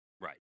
Right